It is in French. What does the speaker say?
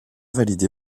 validé